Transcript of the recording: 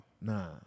Nah